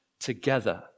together